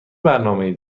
برنامهای